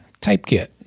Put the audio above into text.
TypeKit